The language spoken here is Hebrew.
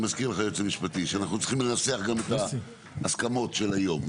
אני מזכיר ליועץ המשפטי שאנחנו צריכים לנסח גם את ההסכמות של היום.